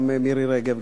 מירי רגב,